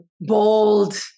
bold